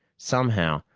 somehow,